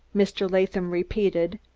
mr. latham repeated,